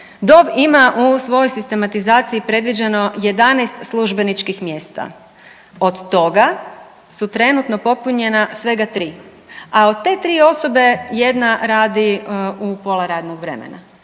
DOV ima u svojoj sistematizaciji predviđeno 11 službeničkih mjesta, od toga su trenutno popunjena svega 3, a od te 3 osobe jedna radi u pola radnog vremena.